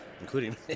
Including